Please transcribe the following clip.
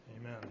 Amen